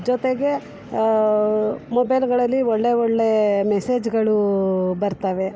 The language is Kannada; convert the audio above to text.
ಜೊತೆಗೆ ಮೊಬೈಲುಗಳಲ್ಲಿ ಒಳ್ಳೆಯ ಒಳ್ಳೆಯ ಮೆಸೇಜುಗಳು ಬರ್ತವೆ